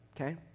okay